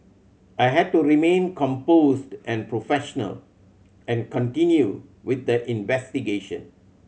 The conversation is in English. I had to remain composed and professional and continue with the investigation